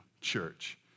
church